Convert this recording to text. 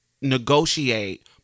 negotiate